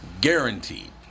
Guaranteed